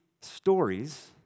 stories